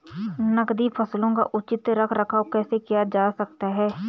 नकदी फसलों का उचित रख रखाव कैसे किया जा सकता है?